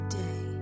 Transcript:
day